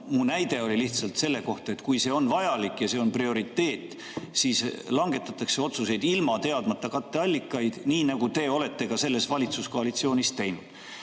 mu näide oli lihtsalt selle kohta, et kui see on vajalik ja see on prioriteet, siis langetatakse otsuseid ilma teadmata katteallikaid, nii nagu te olete ka selles valitsuskoalitsioonis teinud. Nüüd,